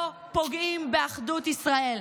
לא פוגעים באחדות ישראל.